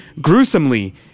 gruesomely